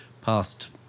past